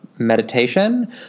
meditation